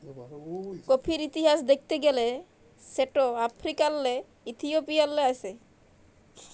কফির ইতিহাস দ্যাখতে গ্যালে সেট আফ্রিকাল্লে ইথিওপিয়াল্লে আস্যে